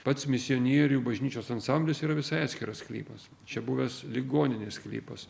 pats misionierių bažnyčios ansamblis yra visai atskiras sklypas čia buvęs ligoninės sklypas